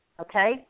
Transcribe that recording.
Okay